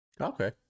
Okay